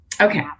Okay